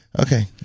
Okay